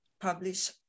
publish